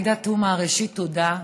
עאידה תומא, ראשית תודה,